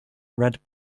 red